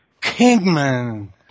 Kingman